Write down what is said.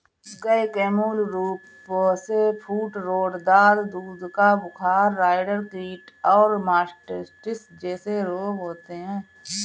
गय के मूल रूपसे फूटरोट, दाद, दूध का बुखार, राईडर कीट और मास्टिटिस जेसे रोग होते हें